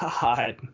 God